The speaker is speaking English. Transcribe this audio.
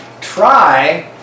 try